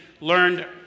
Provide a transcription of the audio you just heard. learned